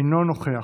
אינו נוכח,